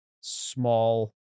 small